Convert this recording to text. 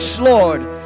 lord